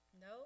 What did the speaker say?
No